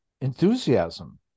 enthusiasm